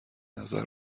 نظر